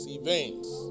events